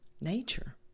Nature